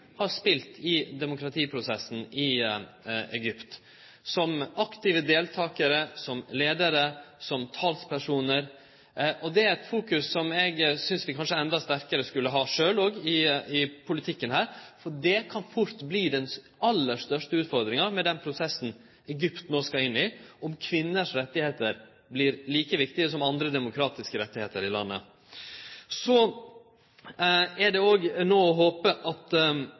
har spilt i demokratiprosessen i Egypt – som aktive deltakarar, som leiarar og som talspersonar. Det er noko eg synest vi kanskje skulle ha eit endå sterkare fokus på i politikken her. Det kan fort verte den aller største utfordringa i den prosessen Egypt no skal inn i – om kvinners rettar vert like viktige som andre demokratiske rettar i landet. Så det er å håpe at